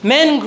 Men